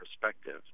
perspective